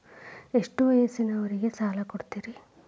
ಎಷ್ಟ ವಯಸ್ಸಿನವರಿಗೆ ಸಾಲ ಕೊಡ್ತಿರಿ?